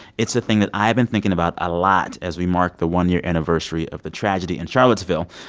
it's a thing that i've been thinking about a lot as we mark the one year anniversary of the tragedy in charlottesville.